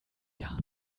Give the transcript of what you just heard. gar